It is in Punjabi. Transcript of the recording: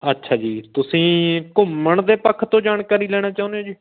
ਅੱਛਾ ਜੀ ਤੁਸੀਂ ਘੁੰਮਣ ਦੇ ਪੱਖ ਤੋਂ ਜਾਣਕਾਰੀ ਲੈਣਾ ਚਾਹੁੰਦੇ ਹੋ ਜੀ